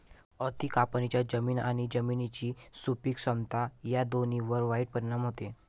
अति कापणीचा जमीन आणि जमिनीची सुपीक क्षमता या दोन्हींवर वाईट परिणाम होतो